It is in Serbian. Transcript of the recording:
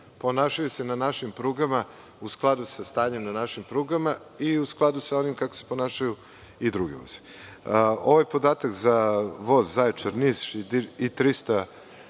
Ponašaju se na našim prugama u skladu sa stanjem na našim prugama i u skladu sa onim kako se ponašaju i drugi vozovi. Ovaj podatak za voz Zaječar – Niš i 300